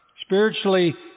spiritually